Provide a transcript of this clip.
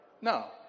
No